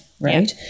Right